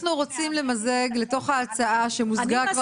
אנחנו רוצים למזג להצעה שמוזגה כבר